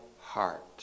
heart